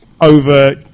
over